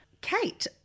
Kate